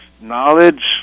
knowledge